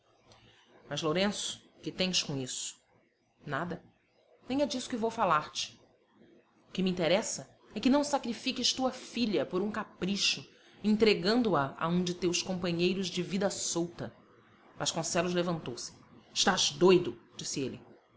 mas lourenço que tens com isso nada nem é disso que vou falar-te o que me interessa é que não sacrifiques tua filha por um capricho entregando a a um dos teus companheiros de vida solta vasconcelos levantou-se estás doido disse ele